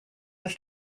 was